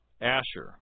Asher